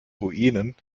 ruinen